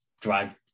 drive